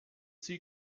sie